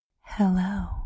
Hello